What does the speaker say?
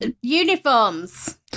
Uniforms